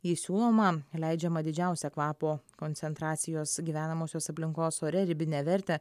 į siūlomą leidžiamą didžiausią kvapo koncentracijos gyvenamosios aplinkos ore ribinę vertę